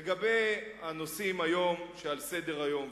לגבי הנושאים שעל סדר-היום,